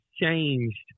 changed